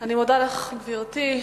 אני מודה לך, גברתי.